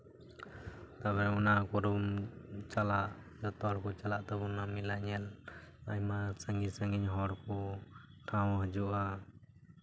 ᱛᱟᱨᱯᱚᱨᱮ ᱚᱱᱟ ᱠᱚᱨᱮᱜ ᱪᱟᱞᱟᱜᱼᱟ ᱡᱚᱛᱚᱦᱚᱲ ᱠᱚ ᱪᱟᱞᱟᱜ ᱛᱟᱵᱚᱱᱟ ᱢᱮᱞᱟ ᱧᱮᱞ ᱟᱭᱢᱟ ᱥᱟᱺᱜᱤᱧ ᱥᱟᱺᱜᱤᱧ ᱦᱚᱲ ᱠᱚ ᱴᱷᱟᱶ ᱦᱤᱡᱩᱜᱼᱟ